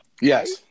Yes